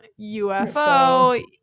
ufo